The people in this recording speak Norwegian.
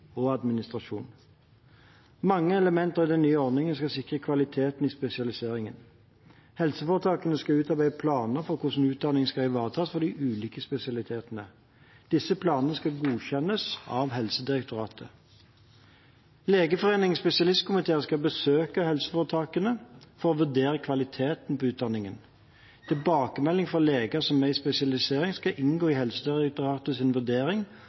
og administrasjon. Mange elementer i den nye ordningen skal sikre kvaliteten i spesialiseringen. Helseforetakene skal utarbeide planer for hvordan utdanningen skal ivaretas for de ulike spesialitetene. Disse planene skal godkjennes av Helsedirektoratet. Legeforeningens spesialistkomité skal besøke helseforetakene for å vurdere kvaliteten på utdanningen. Tilbakemelding fra leger som er i spesialisering, skal inngå i Helsedirektoratets vurdering